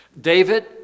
David